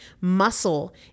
Muscle